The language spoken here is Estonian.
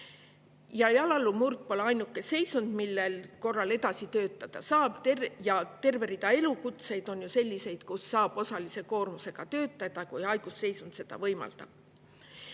Ja jalaluumurd pole ainuke seisund, mille korral edasi töötada saab. Terve rida elukutseid on ju sellised, kus saab osalise koormusega töötada, kui haigusseisund seda võimaldab.